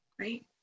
right